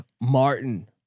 Martin